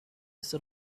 set